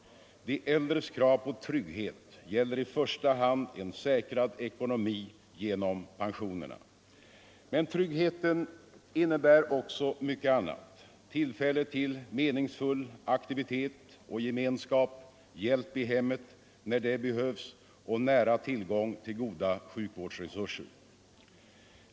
De äldres krav på trygghet gäller i första hand en säkrad ekonomi genom pensionerna. Men tryggheten innebär också mycket annat — tillfälle till meningsfull aktivitet och gemenskap, hjälp i hemmet när det behövs och nära tillgång till goda sjukvårdsresurser.